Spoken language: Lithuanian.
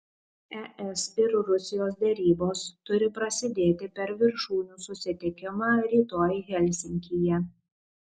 es ir rusijos derybos turi prasidėti per viršūnių susitikimą rytoj helsinkyje